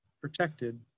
protected